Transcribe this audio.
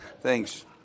Thanks